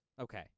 Okay